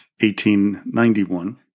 1891